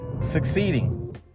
succeeding